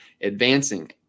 advancing